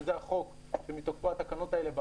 שזה החוק שמתוקפו התקנות האלה באות,